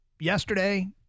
Yesterday